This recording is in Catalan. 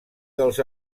dels